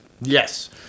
Yes